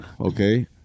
okay